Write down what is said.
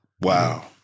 wow